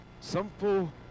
simple